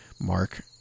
mark